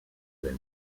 del